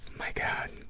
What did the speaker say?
my god.